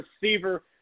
receiver